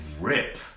rip